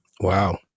Wow